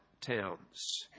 towns